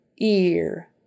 ear